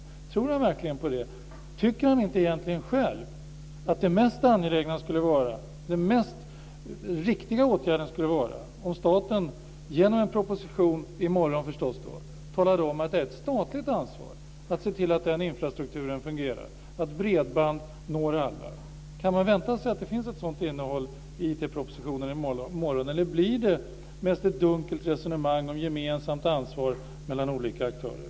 Tror finansministern verkligen på det och tycker han egentligen inte själv att den mest angelägna och den riktigaste åtgärden skulle vara om staten genom en proposition i morgon talade om att det är ett statligt ansvar att se till att infrastrukturen fungerar, att bredband når alla? Kan man vänta sig att det finns ett sådant innehåll i IT-proposition i morgon? Eller blir det mest ett dunkelt resonemang om gemensamt ansvar mellan olika aktörer?